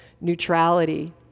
neutrality